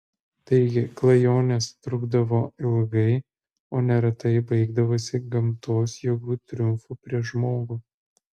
taigi klajonės trukdavo ilgai o neretai baigdavosi gamtos jėgų triumfu prieš žmogų